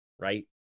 right